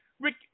Rick